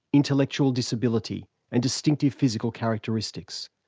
intellectual disability and distinctive physical characteristics.